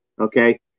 Okay